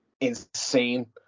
insane